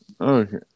Okay